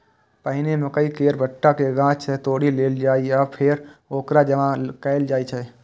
पहिने मकइ केर भुट्टा कें गाछ सं तोड़ि लेल जाइ छै आ फेर ओकरा जमा कैल जाइ छै